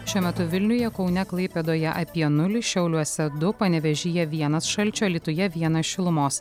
šiuo metu vilniuje kaune klaipėdoje apie nulį šiauliuose du panevėžyje vienas šalčio alytuje vienas šilumos